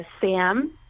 Sam